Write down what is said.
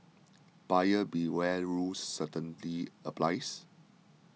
buyer beware rule certainly applies